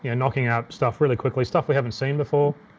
yeah knocking out stuff really quickly. stuff we haven't seen before.